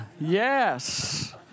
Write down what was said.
Yes